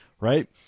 right